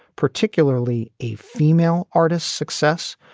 particularly a female artist success.